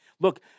look